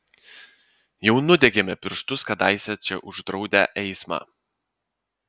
jau nudegėme pirštus kadaise čia uždraudę eismą